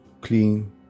clean